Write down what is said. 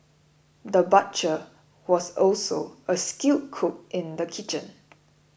the butcher was also a skilled cook in the kitchen